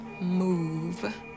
move